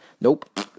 Nope